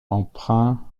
empreint